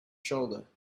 shoulder